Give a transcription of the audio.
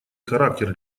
характер